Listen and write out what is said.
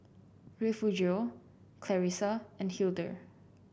Refugio Clarissa and Hildur